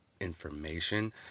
information